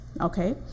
okay